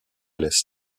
l’est